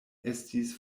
estis